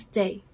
day